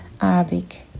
Arabic